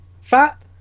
fat